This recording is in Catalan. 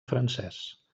francès